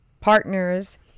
partners